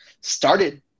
started